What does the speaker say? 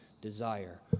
desire